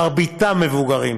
מרביתם מבוגרים.